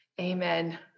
Amen